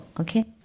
okay